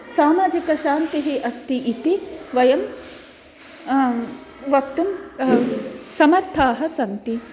सामाजिकशान्तिः अस्ति इति वयं वक्तुं समर्थाः सन्ति